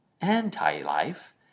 anti-life